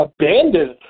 abandoned